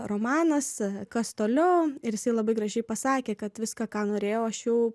romanas kas toliau ir labai gražiai pasakė kad viską ką norėjau aš jau